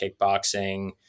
kickboxing